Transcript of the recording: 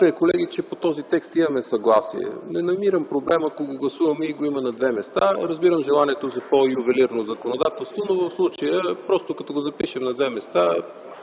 е, колеги, че по този текст имаме съгласие. Не намирам проблем, ако го гласуваме и го има на две места. Разбирам желанието за по-ювелирно законодателство, но в случая като го запишем на две места,